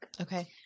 Okay